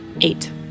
Eight